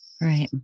Right